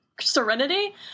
serenity